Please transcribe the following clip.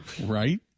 Right